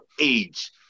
age